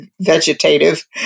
vegetative